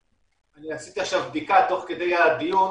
אני עשיתי עכשיו בדיקה תוך כדי הדיון,